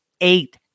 eight